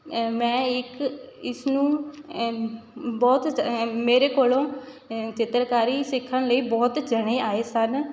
ਮੈਂ ਇਕ ਇਸਨੂੰ ਬਹੁਤ ਮੇਰੇ ਕੋਲੋਂ ਚਿੱਤਰਕਾਰੀ ਸਿੱਖਣ ਲਈ ਬਹੁਤ ਜਾਣੇ ਆਏ ਸਨ